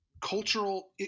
cultural